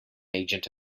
agent